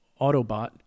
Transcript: Autobot